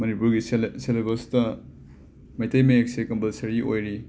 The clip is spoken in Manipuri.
ꯃꯅꯤꯄꯨꯔꯒꯤ ꯁꯦꯂꯦ ꯁꯤꯂꯦꯕꯁꯇ ꯃꯩꯇꯩ ꯃꯌꯦꯛꯁꯦ ꯀꯝꯄꯜꯁꯔꯤ ꯑꯣꯏꯔꯤ